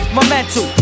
Memento